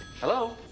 Hello